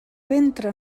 ventre